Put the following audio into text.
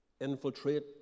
infiltrate